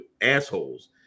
assholes